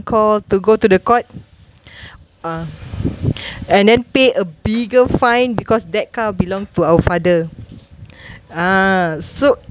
call to go to the court uh and then pay a bigger fine because that car belong to our father uh so